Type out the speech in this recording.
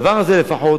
בדבר הזה לפחות,